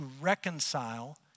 reconcile